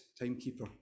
timekeeper